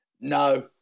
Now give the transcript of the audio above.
no